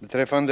Herr talman!